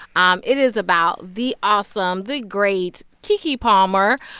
um it is about the awesome, the great keke keke palmer.